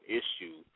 issue